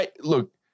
Look